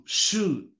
shoot